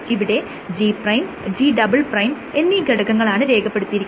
ഇവിടെ G' G" എന്നീ ഘടകങ്ങളാണ് രേഖപ്പെടുത്തിയിരിക്കുന്നത്